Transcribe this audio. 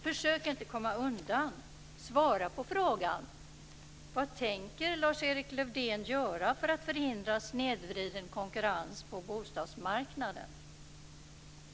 Försök inte att komma undan. Svara på frågan. Vad tänker Lars-Erik Lövdén göra för att förhindra snedvriden konkurrens på bostadsmarknaden?